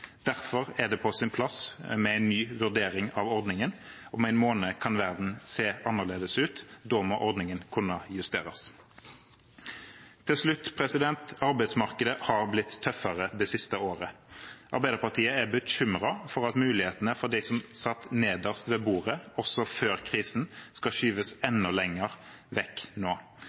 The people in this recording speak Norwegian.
Derfor er det på sin plass med en ny vurdering av ordningen. Om en måned kan verden se annerledes ut. Da må ordningen kunne justeres. Til slutt: Arbeidsmarkedet har blitt tøffere det siste året. Arbeiderpartiet er bekymret for at mulighetene for dem som satt nederst ved bordet også før krisen, skal skyves enda lenger vekk nå.